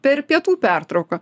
per pietų pertrauką